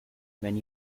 when